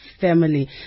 family